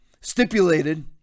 stipulated